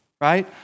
right